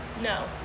No